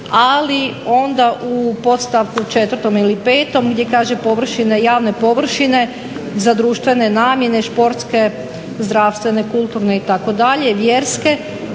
ali onda u podstavku 4. ili 5. gdje kaže javne površine za društvene namjene, športske, zdravstvene, kulturne itd., vjerske,